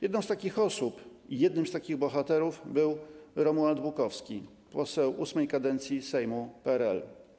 Jedną z takich osób, jednym z takich bohaterów był Romuald Bukowski - poseł VIII kadencji Sejmu PRL.